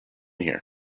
here